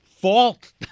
fault